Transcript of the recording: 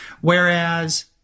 Whereas